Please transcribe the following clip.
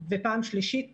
ופעם שלישית,